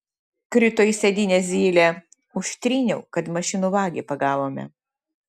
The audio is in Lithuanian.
krito į sėdynę zylė užtryniau kad mašinų vagį pagavome